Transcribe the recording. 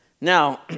Now